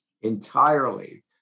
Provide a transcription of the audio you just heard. entirely